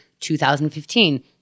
2015